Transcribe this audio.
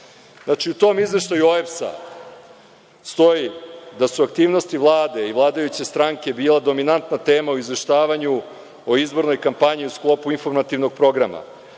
vama. Znači, u tom izveštaju OEPS stoji da su aktivnosti Vlade i vladajuće stranke bile dominantna tema u izveštavanju o izbornoj kampanji u sklopu informativnog programa.